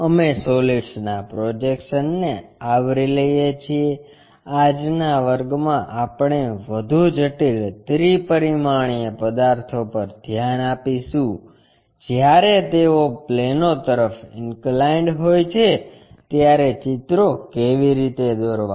અમે સોલિડ્સના પ્રોજેક્શન ને આવરી લઈએ છીએ આજના વર્ગમાં આપણે વધુ જટિલ ત્રિ પરિમાણીય પદાર્થો પર ધ્યાન આપીશું જ્યારે તેઓ પ્લેનો તરફ ઇન્કલાઇન્ડ હોય છે ત્યારે ચિત્રો કેવી રીતે દોરવા